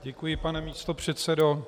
Děkuji, pane místopředsedo.